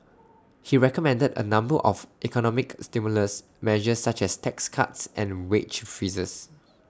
he recommended A number of economic stimulus measures such as tax cuts and wage freezes